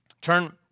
Turn